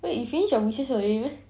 wait you finish your wishes already meh